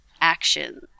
action